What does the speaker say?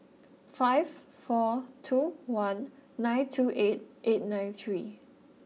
five four two one nine two eight eight nine three